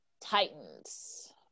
Titans